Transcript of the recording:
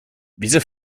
wieso